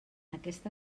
aquesta